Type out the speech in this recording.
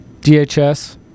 DHS